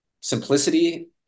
Simplicity